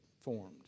formed